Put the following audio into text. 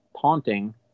taunting